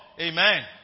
amen